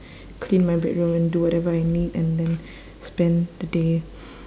clean my bedroom and do whatever I need and then spend the day